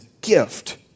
gift